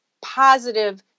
positive